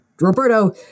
roberto